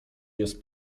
jest